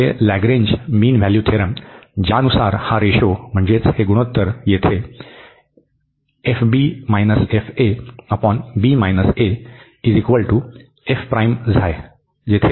हे Lagrange mean value theorem ज्यानुसार हा रेशो म्हणजे हे गुणोत्तर येथे जेथे